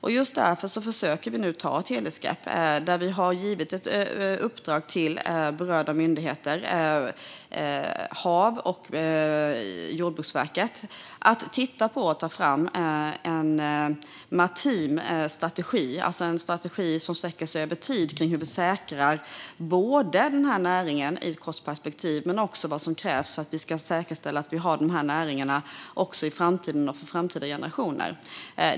Därför försöker vi ta ett helhetsgrepp. Vi har gett berörda myndigheter - HaV och Jordbruksverket - i uppdrag att ta fram en maritim strategi som sträcker sig över tid. De ska se på hur man säkrar näringen i ett kort perspektiv men också vad som krävs för att säkerställa att näringarna finns även i framtiden och för framtida generationer.